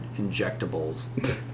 injectables